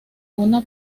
una